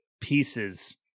pieces